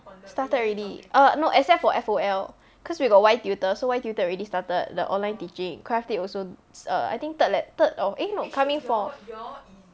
started already oh no except for F_O_L cause we got Y tutor so Y tutor already started the online teaching craft it also s~ err I think third like third or no coming fourth